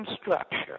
structure